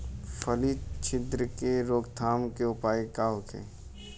फली छिद्र से रोकथाम के उपाय का होखे?